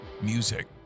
Music